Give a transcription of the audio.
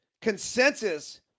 consensus